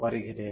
வருகிறேன்